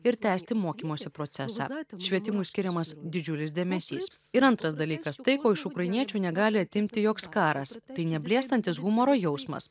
ir tęsti mokymosi procesą švietimui skiriamas didžiulis dėmesys ir antras dalykas tai ko iš ukrainiečių negali atimti joks karas tai neblėstantis humoro jausmas